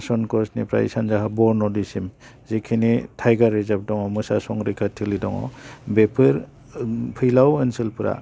सनकसनिफ्राय सानजाहा बरन'दैसिम जेखिनि टाइगार रिजार्भ दङ मोसा संंरैखा थिलि दङ बेफोर फैलाव ओनसोलफोरा